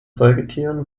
säugetieren